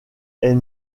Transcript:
est